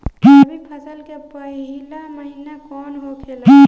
रबी फसल के पहिला महिना कौन होखे ला?